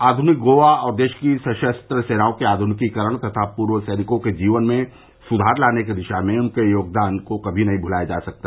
आधुनिक गोवा और देशकी सशस्त्र सेनाओं के आधुनिकीकरण तथा पूर्व सैनिकों के जीवन में सुधार लाने की दिशा में उनका योगदान कभी भुलाया नहीं जा सकता